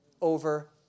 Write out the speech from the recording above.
over